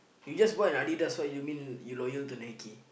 you just bought a Adidas what you mean you loyal to Nike